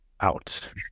out